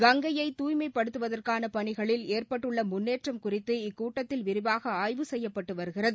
கங்கையை தூய்மைப்படுத்துவதற்கான பணிகளில் ஏற்பட்டுள்ள முன்னேற்றம் குறித்து இக்கூட்டத்தில் விரிவாக ஆய்வு செய்யப்பட்டு வருகிறது